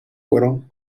fueron